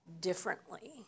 differently